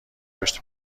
پشت